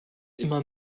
immer